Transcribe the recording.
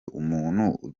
umuntu